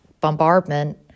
bombardment